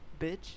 bitch